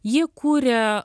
jie kuria